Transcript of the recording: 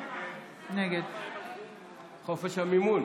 בעד מאזן גנאים,